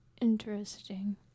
interesting